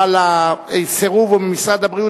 אבל הסירוב הוא ממשרד הבריאות.